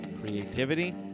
Creativity